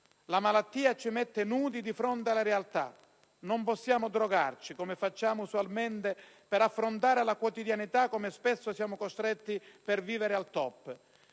La malattia ci mette nudi di fronte alla realtà; non possiamo drogarci, come facciamo usualmente per affrontare la quotidianità, come spesso siamo costretti per vivere al *top*.